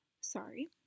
sorry